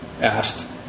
asked